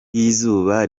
y’izuba